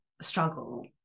struggle